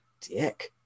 dick